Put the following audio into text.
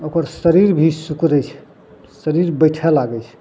ओकर शरीर भी सिकूड़य छै शरीर बैठय लागय छै